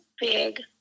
big